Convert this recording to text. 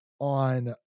on